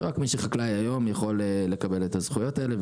שרק מי שחקלאי היום יוכל לקבל את הזכויות האלה.